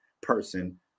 person